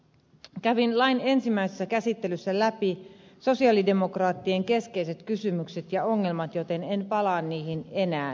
kävin lain ensimmäisessä käsittelyssä läpi sosialidemokraattien keskeiset kysymykset ja ongelmat joten en palaa niihin enää